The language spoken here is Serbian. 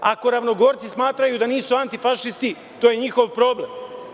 Ako ravnogorci smatraju da nisu antifašisti to je njihov problem.